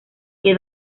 que